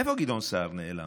איפה גדעון סער נעלם?